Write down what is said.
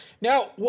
Now